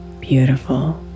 beautiful